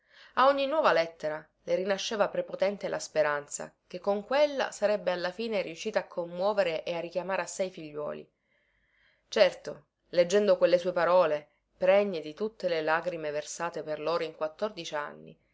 a ogni nuova lettera le rinasceva prepotente la speranza che con quella sarebbe alla fine riuscita a commuovere e a richiamare a sé i figliuoli certo leggendo quelle sue parole pregne di tutte le lagrime versate per loro in quattordici anni